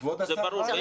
זה ברור.